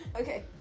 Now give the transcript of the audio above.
Okay